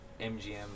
MGM